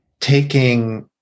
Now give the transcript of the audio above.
taking